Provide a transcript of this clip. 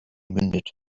mündet